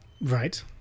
Right